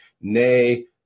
nay